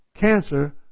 cancer